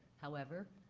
however,